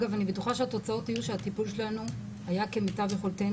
אגב אני בטוחה שהתוצאות יהיו שהטיפול שלנו היה כמיטב יכולתנו.